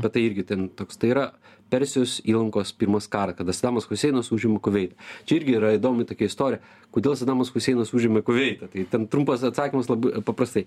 bet tai irgi ten toks tai yra persijos įlankos pirmas karas kada samas huseinas užima kuveitą čia irgi yra įdomi tokia istorija kodėl sadamas huseinas užėmė kuveitą tai ten trumpas atsakymas labai paprastai